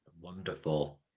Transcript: Wonderful